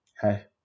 hi